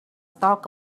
talk